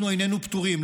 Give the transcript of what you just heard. אנחנו איננו פטורים,